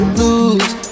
lose